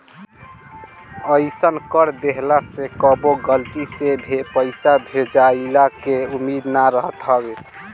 अइसन कर देहला से कबो गलती से भे पईसा भेजइला के उम्मीद ना रहत हवे